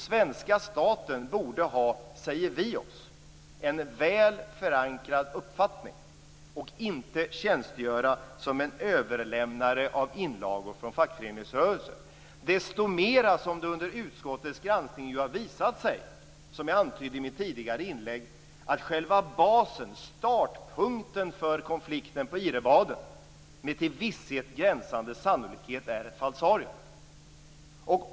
Svenska staten borde, säger vi oss, ha en väl förankrad uppfattning och inte tjänstgöra som en överlämnare av inlagor från fackföreningsrörelsen, desto mer som det under utskottets granskning ju har visat sig, som jag antydde i mitt tidigare inlägg, att själva basen, startpunkten för konflikten på Ihrebaden med till visshet gränsande sannolikhet är ett falsarium.